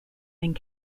and